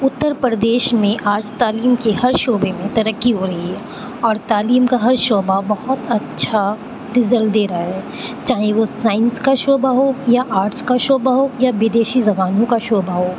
اتر پردیش میں آج تعلیم کے ہر شعبے میں ترقی ہو رہی ہے اور تعلیم کا ہر شعبہ بہت اچھا رزلٹ دے رہا ہے چاہے وہ سائنس کا شعبہ ہو یا آرٹس کا شعبہ ہو یا بدیشی زبانوں کا شعبہ ہو